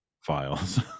files